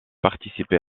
participé